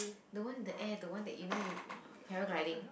the one in the air the one that you know you uh paragliding